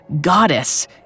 goddess